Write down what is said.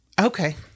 Okay